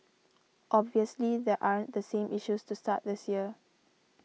obviously there aren't the same issues to start this year